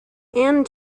end